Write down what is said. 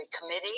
Committee